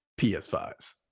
PS5s